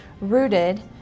rooted